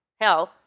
hell